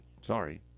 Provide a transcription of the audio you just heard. sorry